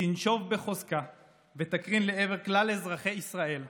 תנשוב בחוזקה ותקרין לעבר כלל אזרחי ישראל.